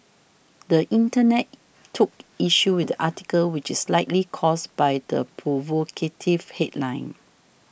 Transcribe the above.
the Internet took issue with the article which is likely caused by the provocative headline